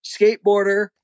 skateboarder